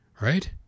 right